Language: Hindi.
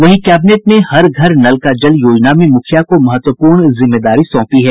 वहीं कैबिनेट ने हर घर नल का जल योजना में मुखिया को महत्वपूर्ण जिम्मेदारी सौंपी है